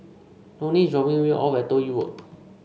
Loni is dropping me off at Toh Yi Road